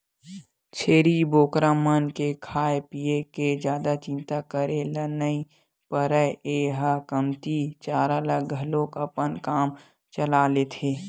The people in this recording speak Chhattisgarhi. छेरी बोकरा मन के खाए पिए के जादा चिंता करे ल नइ परय ए ह कमती चारा म घलोक अपन काम चला लेथे